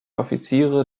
offiziere